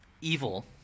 evil